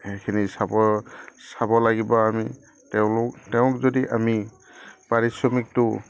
সেইখিনি চাব চাব লাগিব আমি তেওঁলোক তেওঁক যদি আমি পাৰিশ্ৰমিকটো